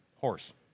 Horse